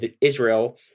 Israel